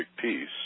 peace